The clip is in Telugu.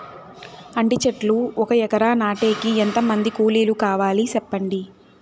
అంటి చెట్లు ఒక ఎకరా నాటేకి ఎంత మంది కూలీలు కావాలి? సెప్పండి?